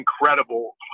Incredible